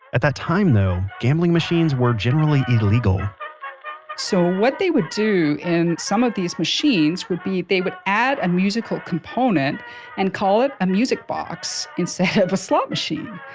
at that time though, gambling machines were generally illegal so, what they would do in some of these machines would be they would add a musical component and call it a music box instead of a slot machine.